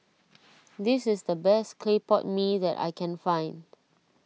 this is the best Clay Pot Mee that I can find